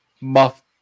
muff